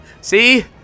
See